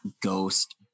ghost